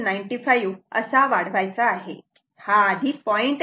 95 असा वाढवायचा आहे हा आधी 0